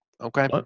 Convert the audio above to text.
okay